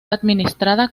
administrada